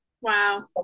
Wow